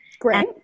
Great